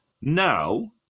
now